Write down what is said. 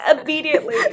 immediately